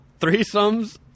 threesomes